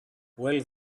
well